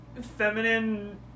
feminine